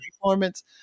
performance